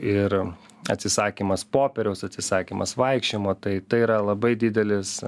ir atsisakymas popieriaus atsisakymas vaikščiojimo tai tai yra labai didelis